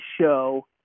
show